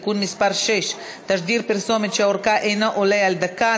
(תיקון מס' 6) (תשדיר פרסומת שאורכה אינו עולה על דקה),